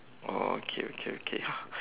oh okay okay okay